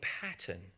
pattern